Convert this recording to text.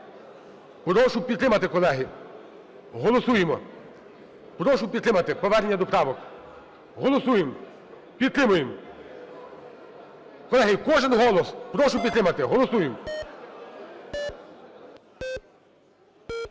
Прошу підтримати, колеги. Голосуємо! Прошу підтримати повернення до правок. Голосуємо, підтримуємо! Колеги, кожен голос! Прошу підтримати! Голосуємо!